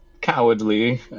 cowardly